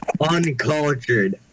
Uncultured